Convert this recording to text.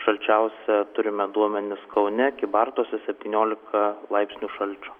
šalčiausia turime duomenis kaune kybartuose septyniolika laipsnių šalčio